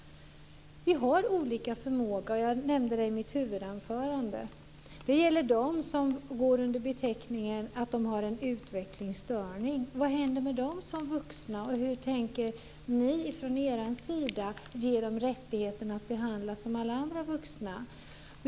Vi har olika förmåga. Jag nämnde det i mitt huvudanförande. Det gäller de människor som har en utvecklingsstörning. Vad händer med dem som vuxna? Hur tänker ni från er sida ge dem rättighet att behandlas som alla andra vuxna?